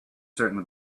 certainly